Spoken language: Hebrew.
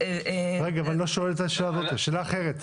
השאלה אחרת: